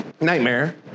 nightmare